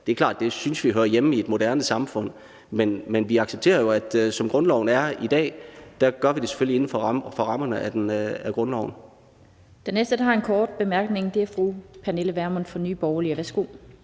Det er klart, at det synes vi hører hjemme i et moderne samfund. Men vi accepterer jo, at som grundloven er i dag, gør vi det selvfølgelig inden for rammerne af grundloven. Kl. 16:32 Den fg. formand (Annette Lind): Den næste, der har en kort bemærkning, er fru Pernille Vermund fra Nye Borgerlige. Værsgo.